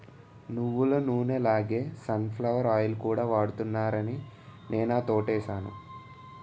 నువ్వులనూనె లాగే sunflower oil కూడా వాడుతున్నారాని నేనా తోటేసాను